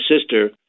sister